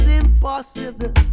impossible